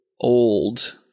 old